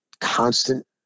constant